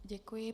Děkuji.